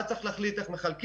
ואז צריך להחליט איך מחלקים,